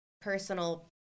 personal